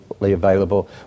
available